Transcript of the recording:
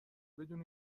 بدون